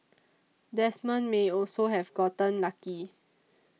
Desmond may also have gotten lucky